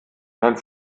dein